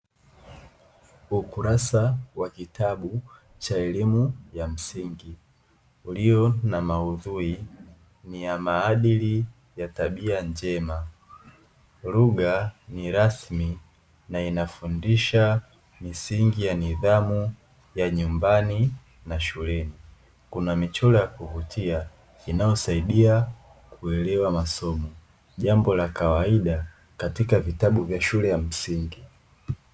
Ukurasa wa kitabu cha elimu ya msingi, ulio na maudhui ya maadili ya tabia njema, lugha ni rasmi na inafundisha misingi ya nidhamu ya nyumbani na shuleni, kuna michoro ya kuvutia inayosaidia kuelewa masomo. Jambo la kawaida katika vitabu vya shule ya msingi.